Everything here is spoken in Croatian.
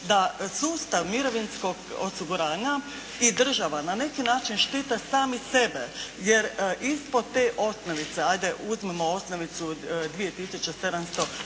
da sustav mirovinskog osiguranja i država na neki način štite sami sebe jer ispod te osnovice ajde uzmimo osnovicu 2